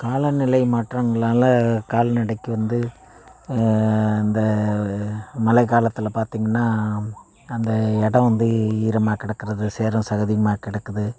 காலநிலை மாற்றங்களால் கால்நடைக்கு வந்து அந்த மழை காலத்தில் பார்த்தீங்கன்னா அந்த இடம் வந்து ஈரமாக கிடக்கறது சேறும் சகதியுமாக கிடக்குது